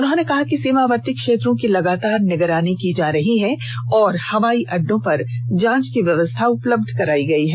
उन्होंने कहा कि सीमावर्ती क्षेत्रों की लगातार निगरानी की जा रही है और हवाई अड्डों पर जांच की व्यवस्था उपलब्ध कराई गई है